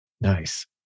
Nice